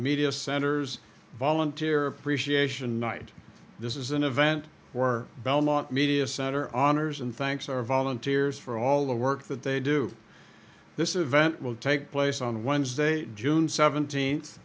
media centers volunteer appreciation night this is an event for belmont media center honors and thanks our volunteers for all the work that they do this event will take place on wednesday june seventeenth